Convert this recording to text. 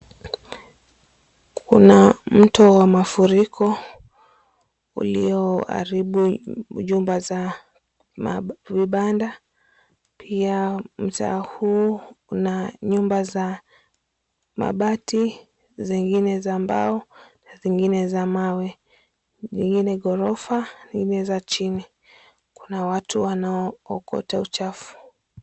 Kuna mto wa mafuriko uliyo haribu jumba za vibanda. Pia mtaa huu na nyumba za, mabati zingine za mbao, na zingine za mawe, zingine za ghorofa, zingine za chini. Kuna watu wanaokota chini.